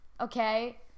Okay